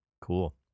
Cool